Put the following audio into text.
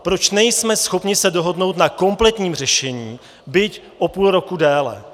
Proč nejsme schopni se dohodnout na kompletním řešení, byť o půl roku déle?